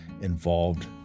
involved